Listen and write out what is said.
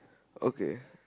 okay